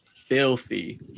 filthy